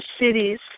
cities